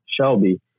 shelby